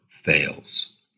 fails